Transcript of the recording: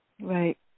Right